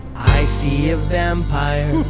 i see a vampire,